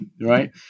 right